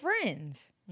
friends